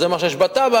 שזה מה שיש בתב"ע,